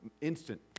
instant